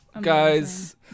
guys